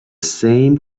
same